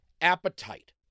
appetite